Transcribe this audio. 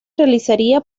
realizaría